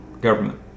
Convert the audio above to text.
government